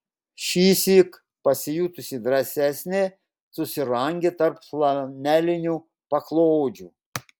šįsyk pasijutusi drąsesnė susirangė tarp flanelinių paklodžių